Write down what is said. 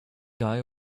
guy